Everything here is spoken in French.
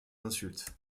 insultes